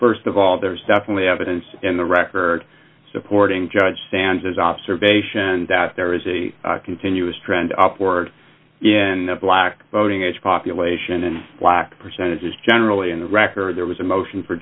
rebuttal st of all there's definitely evidence in the record supporting judge sanders observation that there is a continuous trend upward black voting age population and black percentage is generally in the record there was a motion for